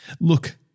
Look